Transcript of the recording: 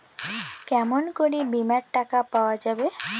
কেমন করি বীমার টাকা পাওয়া যাবে?